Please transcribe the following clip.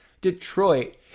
Detroit